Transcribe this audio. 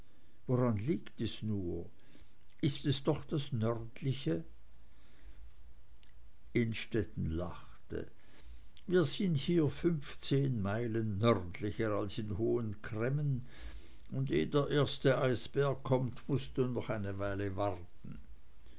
woran liegt es nur ist es doch das nördliche innstetten lachte wir sind hier fünfzehn meilen nördlicher als in hohen cremmen und eh der erste eisbär kommt mußt du noch eine weile warten